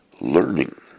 learning